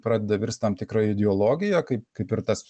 pradeda virst tam tikra ideologija kaip kaip ir tas